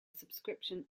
subscription